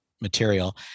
material